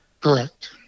Correct